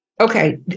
Okay